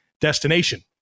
destination